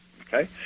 Okay